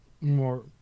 more